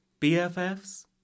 BFFs